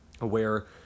aware